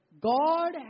God